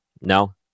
No